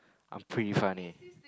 I'm pretty funny